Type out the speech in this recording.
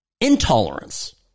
intolerance